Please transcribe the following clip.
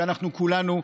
שאנחנו כולנו,